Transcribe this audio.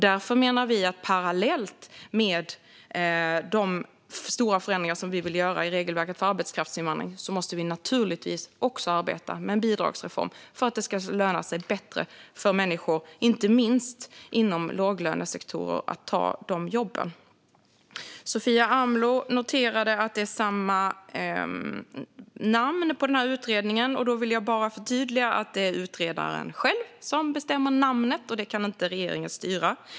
Därför menar vi att vi, parallellt med de stora förändringar vi vill göra i regelverket för arbetskraftsinvandring, naturligtvis också måste arbeta med en bidragsreform för att det ska löna sig bättre för människor att ta de jobb som finns, inte minst inom låglönesektorer. Sofia Amloh noterade att den här utredningen har samma namn. Jag vill förtydliga att det är utredaren själv som bestämmer namnet - det kan inte regeringen styra.